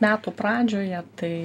metų pradžioje tai